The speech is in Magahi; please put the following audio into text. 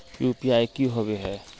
यु.पी.आई की होबे है?